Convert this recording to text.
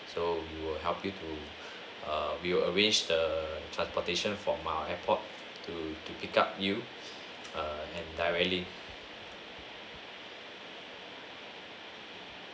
so we will help you to err we will arrange the transportation from our airport to to pick up you err and directly